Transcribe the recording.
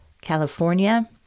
California